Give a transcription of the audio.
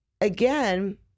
again